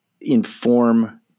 inform